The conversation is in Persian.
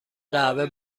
قهوه